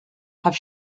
have